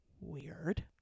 Weird